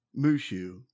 Mushu